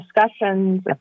discussions